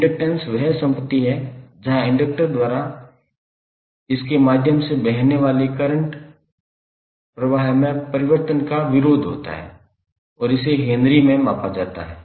inductance वह संपत्ति है जहां एक इंडक्टर द्वारा इसके माध्यम से बहने वाले करंट प्रवाह में परिवर्तन के विरोध होता है और इसे हेनरी में मापा जाता है